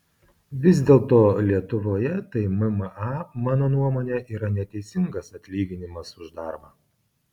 vis dėlto lietuvoje tai mma mano nuomone yra neteisingas atlyginimas už darbą